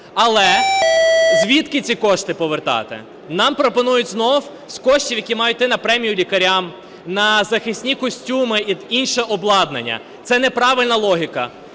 Але звідки ці кошти повертати? Нам пропонують знов з коштів, які мають іти на премію лікарям, на захисні костюми і інше обладнання. Це неправильна логіка.